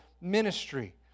ministry